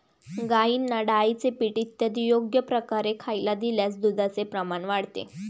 गाईंना डाळीचे पीठ इत्यादी योग्य प्रकारे खायला दिल्यास दुधाचे प्रमाण वाढते